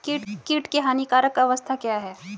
कीट की हानिकारक अवस्था क्या है?